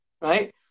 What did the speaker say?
Right